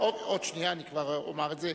עוד שנייה, אני כבר אומר את זה.